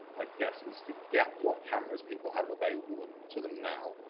i guess, is to get what cameras people have available to them now,